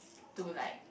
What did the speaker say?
to like